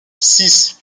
six